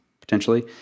potentially